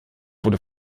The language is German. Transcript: wurde